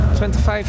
25